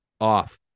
off